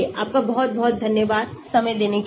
आपका बहुत बहुत धन्यवाद समय देने के लिए